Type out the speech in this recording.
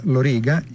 Loriga